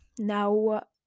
now